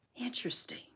Interesting